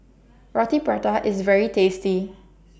Rroti Prata IS very tasty